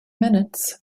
minutes